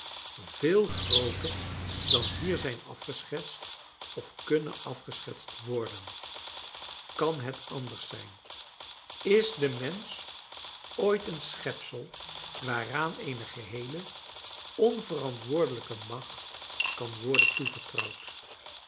veel grooter dan hier zijn afgeschetst of kunnen afgeschetst worden kan het anders zijn is de mensch ooit een schepsel waaraan eene geheele onverantwoordelijke macht kan worden toevertrouwd